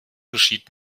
geschieht